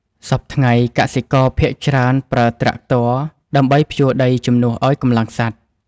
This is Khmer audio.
សព្វថ្ងៃ កសិករភាគច្រើនប្រើត្រាក់ទ័រដើម្បីភ្ជួរដីជំនួសឱ្យកម្លាំងសត្វ។